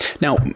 Now